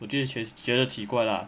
我觉得觉觉得奇怪 lah